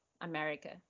America